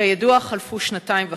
כידוע, חלפו שנתיים וחצי,